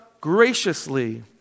graciously